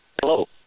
hello